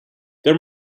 there